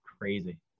crazy